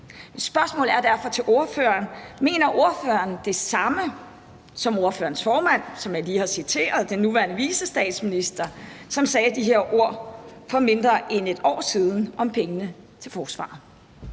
Mener ordføreren det samme som ordførerens formand, som jeg lige har citeret, den nuværende vicestatsminister, som sagde de her ord for mindre end et år siden om pengene til forsvaret?